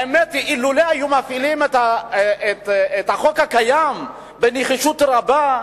האמת היא שלו הפעילו את החוק הקיים בנחישות רבה,